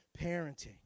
parenting